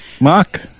Mark